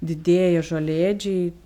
didieji žolėdžiai